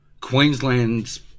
Queensland's